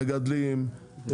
מגדלים,